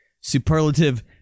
superlative